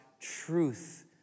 truth